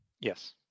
Yes